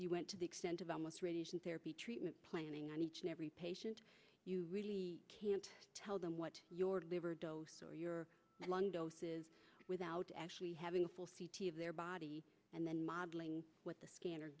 you went to the extent of them with radiation therapy treatment planning on each and every patient you really can't tell them what your liver dose or your long doses without actually having a full c t of their body and then modeling what the scanner